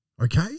Okay